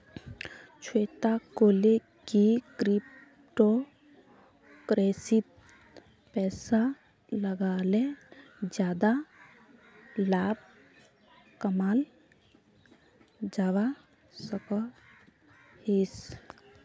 श्वेता कोहले की क्रिप्टो करेंसीत पैसा लगाले ज्यादा लाभ कमाल जवा सकोहिस